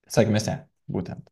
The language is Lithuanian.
sakmėse būtent